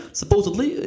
supposedly